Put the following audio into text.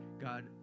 God